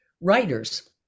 writers